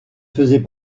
faisait